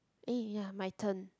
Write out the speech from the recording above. eh ya my turn